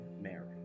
Mary